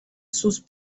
sus